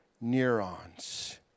neurons